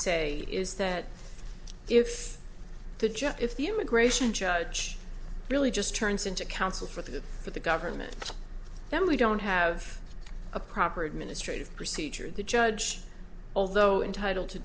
say is that if the jet if the immigration judge really just turns into counsel for the good for the government then we don't have a proper administrative procedure the judge although entitled to